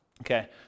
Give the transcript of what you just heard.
Okay